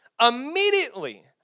immediately